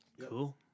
Cool